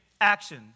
action